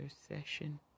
session